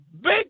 Big